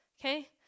okay